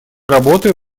работы